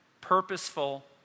Purposeful